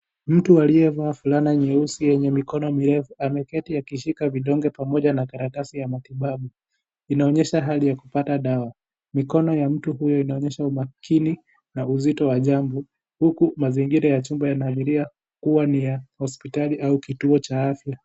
Mtu aliyevaa fulana nyeusi na mikono mirefu. Ameketi akishika vidonge pamoja na karatasi ya matibabu. Inaonyesha hali ya kupata dawa. Mikono ya mtu huyo inaonyesha umaskini na uzito wa jambo. Huku mazingira ya chumba yanaadhiria kuwa ni ya hospitali au kituo cha afya.